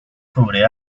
sobre